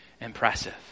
impressive